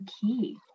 key